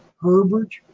Herbert